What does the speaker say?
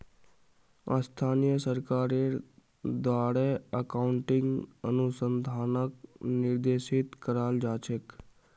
स्थानीय सरकारेर द्वारे अकाउन्टिंग अनुसंधानक निर्देशित कराल जा छेक